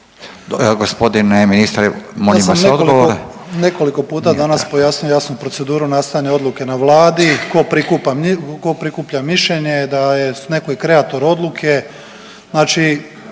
Evo g. ministre molim vas odgovor.